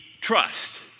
trust